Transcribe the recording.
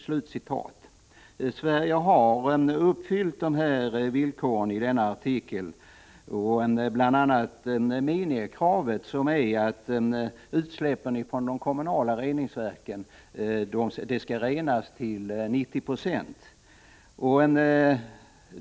Sverige har uppfyllt villkoren i denna artikel, bl.a. minimikravet att utsläppen från de kommunala reningsverken skall renas till 90 26.